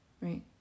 right